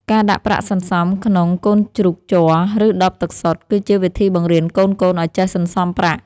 ការដាក់ប្រាក់សន្សំក្នុងកូនជ្រូកជ័រ ឬដបទឹកសុទ្ធ គឺជាវិធីបង្រៀនកូនៗឱ្យចេះសន្សំប្រាក់។